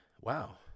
wow